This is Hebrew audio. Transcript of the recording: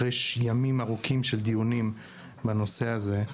אחרי הרבה מאוד שעות של דיונים בנושא הזה,